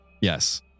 yes